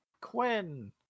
Quinn